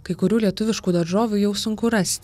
kai kurių lietuviškų daržovių jau sunku rasti